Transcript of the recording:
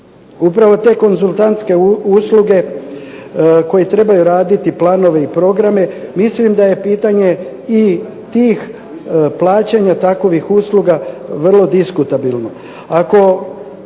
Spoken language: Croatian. Upravo te konzultantske usluge koje trebaju raditi, planove i programe, mislim da je pitanje i tih plaćanja takvih usluga vrlo diskutabilno.